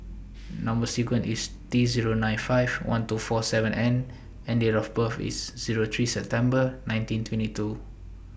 Number sequence IS T Zero nine five one two four seven N and Date of birth IS Zero three September nineteen twenty two